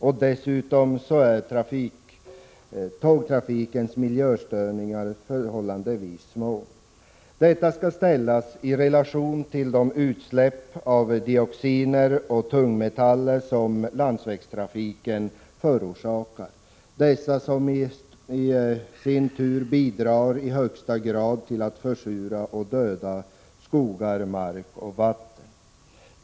Dessutom är tågtrafikens miljöstörningar förhållandevis små. Detta skall ses i relation till de utsläpp av dioxiner och tungmetaller som landsvägstrafiken förorsakar. Dessa i sin tur bidrar i högsta grad till att försura och döda skogar, mark och vatten.